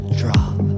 drop